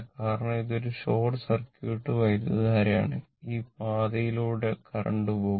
കാരണം ഇത് ഒരു ഷോർട്ട് സർക്യൂട്ട് വൈദ്യുതധാരയാണ് ഈ പാതയിലൂടെ കറന്റ് പോകും